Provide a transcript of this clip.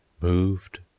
moved